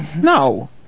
no